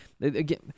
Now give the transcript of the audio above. again